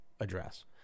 address